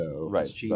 right